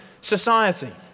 society